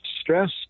stress